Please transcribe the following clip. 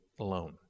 alone